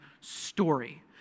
story